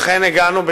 ואכן הגענו,